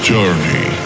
Journey